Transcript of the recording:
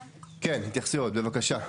כן, התייחסויות, בבקשה.